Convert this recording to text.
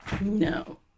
No